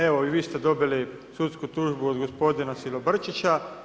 Evo i vi ste dobili sudsku tužbu od gospodina Silobrčića.